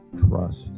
trust